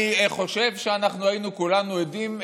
אני חושב שאנחנו היינו כולנו עדים,